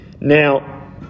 Now